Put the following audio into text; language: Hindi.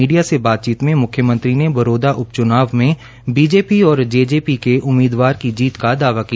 मीडिया से बातचीत में मुख्यमंत्री ने बरोदा उप चनाव बीजेपी और जेजेपी के उम्मीदवार की जी का दावा किया